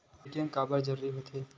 ATM काबर जरूरी हो थे?